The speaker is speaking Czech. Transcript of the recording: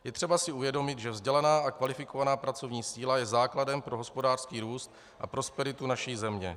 Je třeba si uvědomit, že vzdělaná a kvalifikovaná pracovní síla je základem pro hospodářský růst a prosperitu naší země.